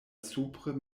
supre